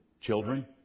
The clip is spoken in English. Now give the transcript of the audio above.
Children